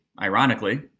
ironically